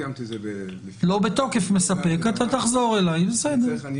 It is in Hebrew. כי אם כך מדובר במאגר מידע שצריך הסדרה